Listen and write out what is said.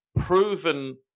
proven